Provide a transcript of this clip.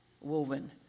woven